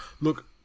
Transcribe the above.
Look